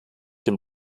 dem